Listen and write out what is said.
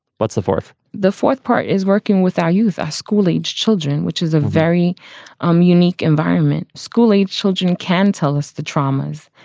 what's the fourth? the fourth part is working with our youth as ah school age children, which is a very um unique environment. school age children can tell us the traumas.